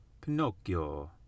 Pinocchio